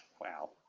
Wow